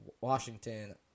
Washington